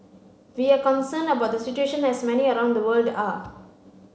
we are concerned about the situation as many around the world are